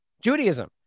Judaism